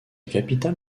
capitale